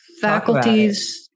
faculties